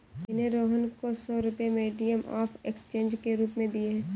मैंने रोहन को सौ रुपए मीडियम ऑफ़ एक्सचेंज के रूप में दिए